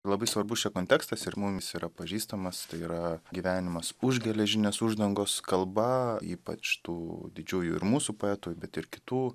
labai svarbus čia kontekstas ir mum jis yra pažįstamas tai yra gyvenimas už geležinės uždangos kalba ypač tų didžiųjų ir mūsų poetų bet ir kitų